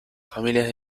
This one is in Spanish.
familias